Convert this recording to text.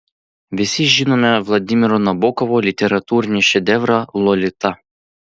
visi žinome vladimiro nabokovo literatūrinį šedevrą lolita